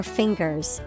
fingers